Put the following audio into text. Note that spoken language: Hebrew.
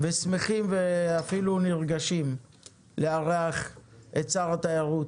אנחנו שמחים ונרגשים לארח את שר התיירות